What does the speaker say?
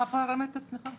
מה הפרמטר, סליחה?